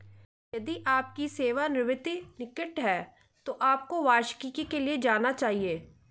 यदि आपकी सेवानिवृत्ति निकट है तो आपको वार्षिकी के लिए जाना चाहिए